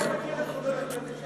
אתה לא מכיר את חבר הכנסת שטרית,